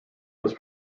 was